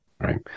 Right